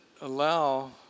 allow